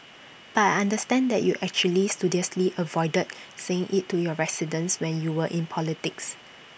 but I understand that you actually studiously avoided saying IT to your residents when you were in politics